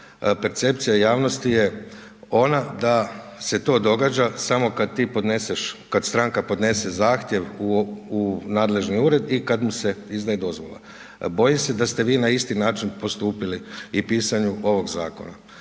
percepcija javnosti je onda da se to događa samo kad ti podneseš, kad stranka podnese zahtjev u nadležni ured i kad mu se izdaje dozvola, bojim se da ste vi na isti način postupili i pisanju ovog Zakona.